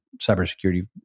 cybersecurity